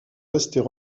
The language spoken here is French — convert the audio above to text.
restées